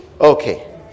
Okay